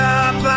up